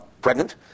pregnant